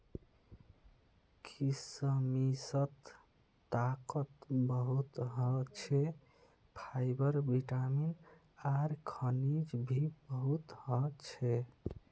किशमिशत ताकत बहुत ह छे, फाइबर, विटामिन आर खनिज भी बहुत ह छे